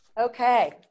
Okay